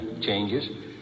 changes